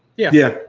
yeah. yeah.